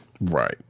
Right